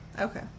Okay